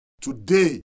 Today